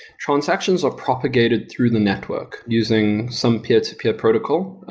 transactions are propagated through the network using some peer-to-peer protocol.